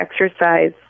exercise